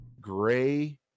gray